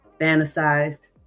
fantasized